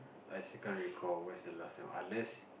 I still can't recall when's the last time unless